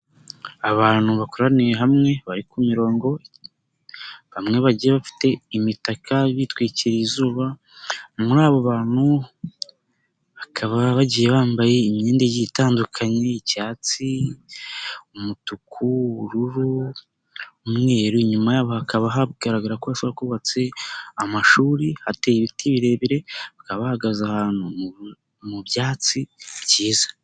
Abantu bakoraniye hamwe, bari ku mirongo, bamwe bagiye bafite imitaka bitwikiriye izuba, muri abo bantu bakaba bagiye bambaye imyenda igiye itandukanye, icyatsi, umutuku, ubururu n'u umweru, inyuma hakaba hagaragara ko hubabatse amashuri, hateye ibiti birebire bakaba bahagaze ahantu mu byatsi byiza.